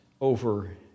over